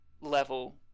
level